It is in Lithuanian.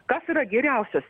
kas yra geriausias